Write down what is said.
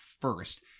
first